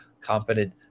competent